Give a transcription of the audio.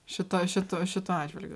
šitoj šitu šitu atžvilgiu